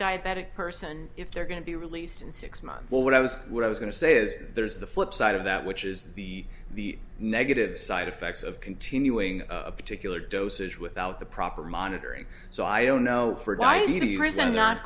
diabetic person if they're going to be released in six months or what i was what i was going to say is there's the flip side of that which is the the negative side effects of continuing a particular dosage without the proper monitoring so i don't kno